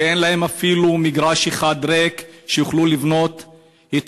שאין בה אפילו מגרש אחד ריק שאפשר לבנות בו.